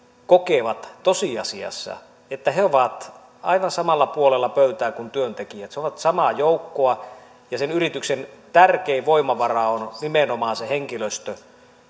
kokee tosiasiassa että he ovat aivan samalla puolella pöytää kuin työntekijät he ovat samaa joukkoa ja sen yrityksen tärkein voimavara on nimenomaan se henkilöstö